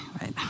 right